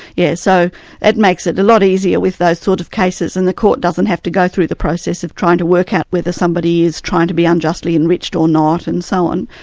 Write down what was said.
yes. so that makes it a lot easier with those sort of cases, and the court doesn't have to go through the process of trying to work out whether somebody is trying to be unjustly enriched or not, and so on.